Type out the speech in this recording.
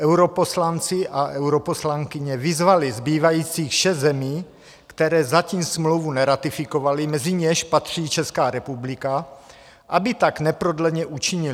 Europoslanci a europoslankyně vyzvali zbývajících šest zemí, které zatím smlouvu neratifikovaly, mezi něž patří Česká republika, aby tak neprodleně učinily.